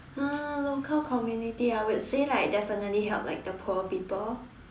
uh local community I would say like definitely help like the poor people